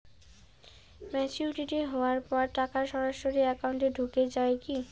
Maturity হওয়ার পর টাকা সরাসরি একাউন্ট এ ঢুকে য়ায় কি?